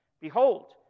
behold